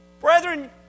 Brethren